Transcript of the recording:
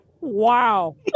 Wow